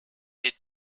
est